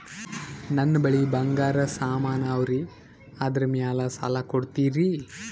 ನನ್ನ ಬಳಿ ಬಂಗಾರ ಸಾಮಾನ ಅವರಿ ಅದರ ಮ್ಯಾಲ ಸಾಲ ಕೊಡ್ತೀರಿ?